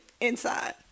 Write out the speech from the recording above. inside